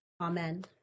Amen